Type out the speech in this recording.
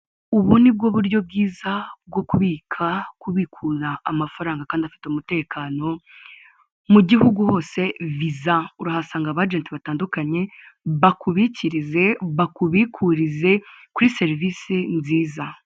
Ubu nibwo buryo bwiza bwo kubika, kubikura amafaranga kandi afite umutekano, mu gihugu hose viza, urahasanga abajenti batandukanye, bakubikirize, bakubikurize kuri serivisi nziza.